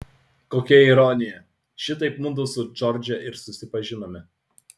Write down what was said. kokia ironija šitaip mudu su džordže ir susipažinome